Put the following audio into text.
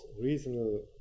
reasonable